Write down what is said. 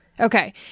Okay